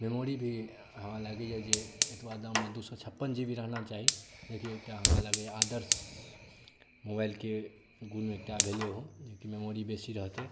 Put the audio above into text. memory भी हमरा लगैया जे एतबा दाममे दू सए छप्पन जी बी रहना चाही जेकि एक एकटा हमरा लागैया आदर्श मोबाइलके गुनमे भेलै एकटा ओहो मेमोरी बेसी रहतै